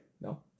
No